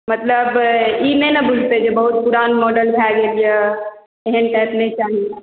मतलब ई नहि ने बुझतै जे बहुत पुरान मॉडल भऽ गेल यऽ एहन टाइप नहि चाही